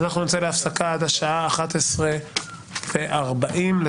אנחנו נמשיך את הדיון הזה עד השעה 13:00. בשעה